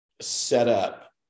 setup